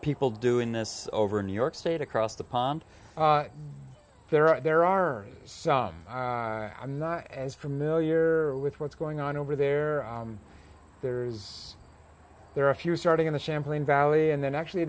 people doing this over new york state across the pond there are there are some i'm not as familiar with what's going on over there there is there are a few starting in the champlain valley and then actually